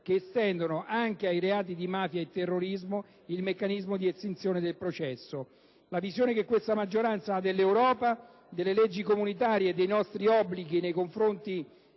che estendono anche ai reati di mafia e terrorismo il meccanismo di estinzione del processo. La visione che questa maggioranza ha dell'Europa, delle leggi comunitarie e dei nostri obblighi nei confronti